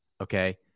okay